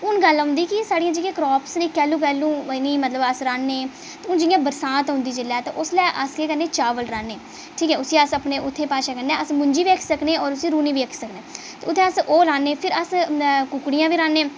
हून गल्ल औंदी कि साढ़ी जेह्ड़ियां क्रॉप्स कैलूं कैलूं रहाने हून जि'यां बरसांत औंदी जेल्लै ते उसलै अस केह् करने चावल रहानें उसी अस उत्थें दी भाशा कन्नै अस मूंजी बी आखी सकने होर उसी रूह्नी बी आखी सकने उ'त्थें अस ओह् रहाने फिर अस कुक्कड़ियां बी रहाने